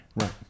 Right